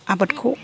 आबादखौ